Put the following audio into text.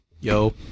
Yo